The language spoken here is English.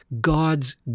God's